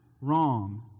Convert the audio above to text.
wrong